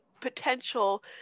potential